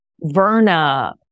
Verna